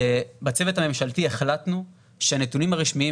בצוות הממשלתי החלטנו שהנתונים הרשמיים